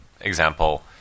example